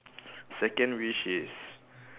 second wish is